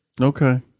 okay